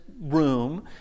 room